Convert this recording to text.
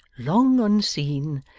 long unseen,